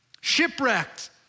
Shipwrecked